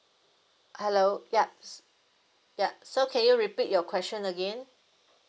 hello ya ya so can you repeat your question again